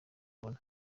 babona